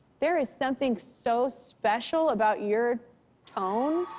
there is something so special about your tone.